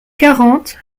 quarante